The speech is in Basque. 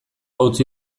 utzi